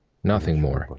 nothing more.